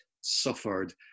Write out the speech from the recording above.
suffered